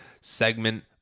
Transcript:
segment